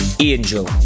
Angel